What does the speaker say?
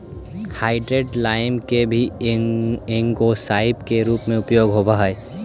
hydrated lime के भी algicide के रूप में उपयोग होव हई